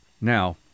Now